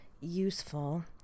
useful